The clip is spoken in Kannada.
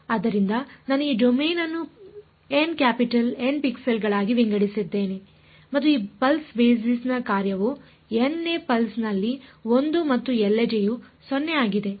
ಆದ್ದರಿಂದ ನಾನು ಈ ಡೊಮೇನ್ ಅನ್ನು ಎನ್ ಕ್ಯಾಪಿಟಲ್ ಎನ್ ಪಿಕ್ಸೆಲ್ಗಳಾಗಿ ವಿಂಗಡಿಸಿದ್ದೇನೆ ಮತ್ತು ಈ ಪಲ್ಸ್ ಬೇಸಿಸ್ ಕಾರ್ಯವು ಎನ್ ನೇ ಪಲ್ಸ್ ನಲ್ಲಿ 1 ಮತ್ತು ಎಲ್ಲೆಡೆಯೂ 0 ಆಗಿದೆ ಸರಿ